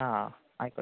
ആ ആ ആയിക്കോട്ടെ